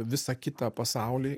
visą kitą pasaulį